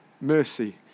mercy